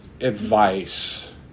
advice